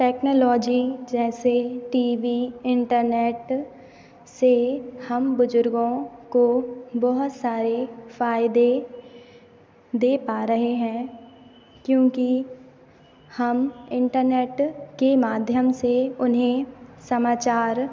technology जैसे T V internet से हम बुजुर्गों को बहुत सारे फ़ायदे दे पा रहे हैं क्योंकि हम इंटरनेट के माध्यम से उन्हें समाचार